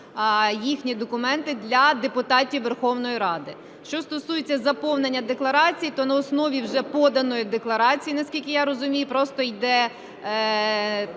їхні документи для депутатів Верховної Ради. Що стосується заповнення декларації, то на основі вже поданої декларації, наскільки я розумію, просто